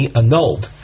annulled